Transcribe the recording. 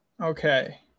Okay